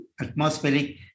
atmospheric